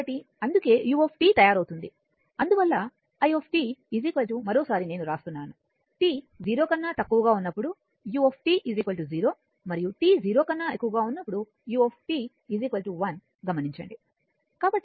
కాబట్టి అందుకే u తయారవుతుంది అందువల్ల i మరోసారి నేను రాస్తున్నాను t 0 కన్నా తక్కువగా ఉన్నప్పుడు u 0 మరియు t 0 కన్నా ఎక్కువగా ఉన్నప్పుడు u 1 గమనించండి